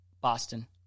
Boston